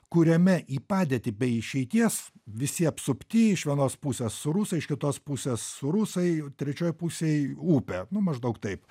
kuriame į padėtį be išeities visi apsupti iš vienos pusės rusai iš kitos pusės rusai trečioj pusėj upė nu maždaug taip